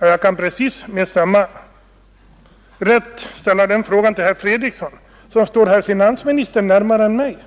Ja, jag kan med precis samma rätt ställa den frågan till herr Fredriksson, som står finansministern närmare än jag gör.